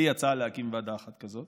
לי יצא להקים ועדה אחת כזאת